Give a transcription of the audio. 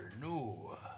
no